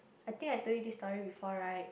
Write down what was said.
I think I told you this story before right